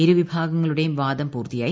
ഇരു വിഭാഗങ്ങളുടെയും വാദം പൂർത്തിയായി